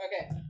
Okay